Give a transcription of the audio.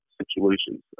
situations